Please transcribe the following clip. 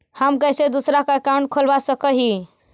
हम कैसे दूसरा का अकाउंट खोलबा सकी ही?